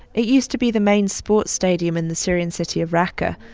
it used to be the main sports stadium in the syrian city of raqqa,